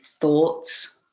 thoughts